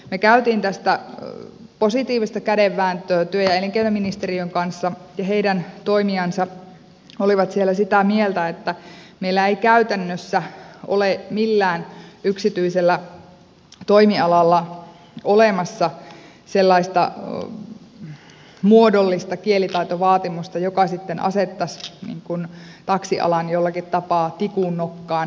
me kävimme tästä positiivista kädenvääntöä työ ja elinkeinoministeriön kanssa ja heidän toimijansa olivat siellä sitä mieltä että meillä ei käytännössä ole millään yksityisellä toimialalla olemassa sellaista muodollista kielitaitovaatimusta joka sitten asettaisi taksialan jollakin tapaa tikun nokkaan